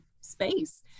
space